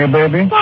baby